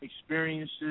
experiences